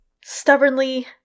Stubbornly